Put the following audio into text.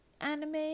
anime